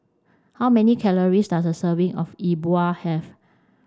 how many calories does a serving of Yi Bua have